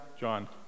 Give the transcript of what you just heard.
John